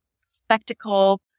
spectacle